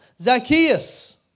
Zacchaeus